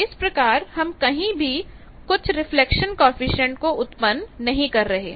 तो इस प्रकार हम कहीं भी कुछ रिफ्लेक्शन कॉएफिशिएंट को उत्पन्न नहीं कर रहे